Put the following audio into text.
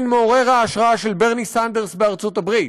מעורר ההשראה של ברני סנדרס בארצות-הברית?